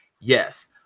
yes